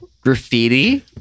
Graffiti